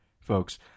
folks